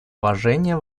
уважения